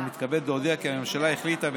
אני מתכבד להודיע כי הממשלה החליטה,